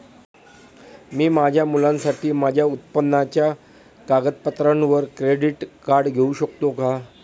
मी माझ्या मुलासाठी माझ्या उत्पन्नाच्या कागदपत्रांवर क्रेडिट कार्ड घेऊ शकतो का?